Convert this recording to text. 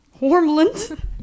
warmland